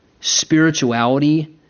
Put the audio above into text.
spirituality